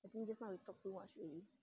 I think just now you talk to much already